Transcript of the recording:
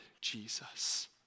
Jesus